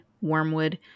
wormwood